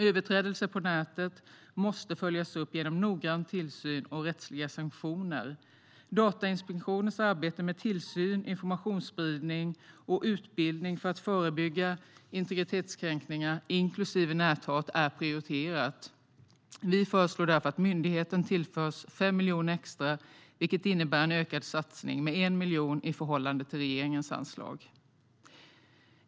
Överträdelser på nätet måste följas upp genom noggrann tillsyn och rättsliga sanktioner. Datainspektionens arbete med tillsyn, informationsspridning och utbildning för att förebygga integritetskränkningar, inklusive näthat, är prioriterat. Vi föreslår därför att myndigheten tillförs 5 miljoner extra, vilket innebär en ökad satsning med 1 miljon kronor i förhållande till regeringens anslag.